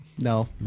No